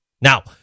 Now